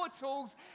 tools